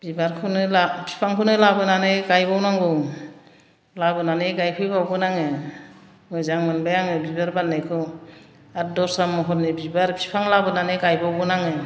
बिबारखौनो लाबोना बिफांखौनो लाबोनानै गायबावनांगौ लाबोनानै गायफैबावगोन आङो मोजां मोनबाय आङो बिबार बारनायखौ आरो दस्रा महरनि बिबार बिफां लाबोनानै गायबावगोन आङो